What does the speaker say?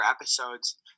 episodes